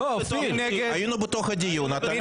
הייתה התייעצות סיעתית?